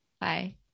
Bye